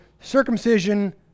circumcision